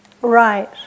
Right